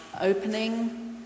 opening